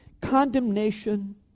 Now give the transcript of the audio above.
Condemnation